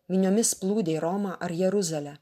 miniomis plūdę į romą ar jeruzalę